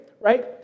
Right